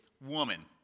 woman